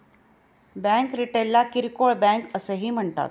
bank रिटेलला किरकोळ bank असेही म्हणतात